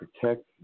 protect